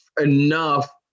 enough